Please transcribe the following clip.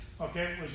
Okay